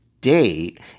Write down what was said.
date